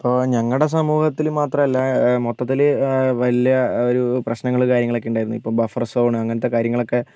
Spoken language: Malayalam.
ഇപ്പോൾ ഞങ്ങളുടെ സമൂഹത്തിൽ മാത്രമല്ല മൊത്തത്തിൽ വലിയ ഒരു പ്രശ്നങ്ങൾ കാര്യങ്ങളൊക്കെ ഉണ്ടായിരുന്നു ഇപ്പം ബഫർ സോണ് അങ്ങനത്തെ കാര്യങ്ങളൊക്കെ